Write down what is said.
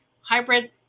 hybrid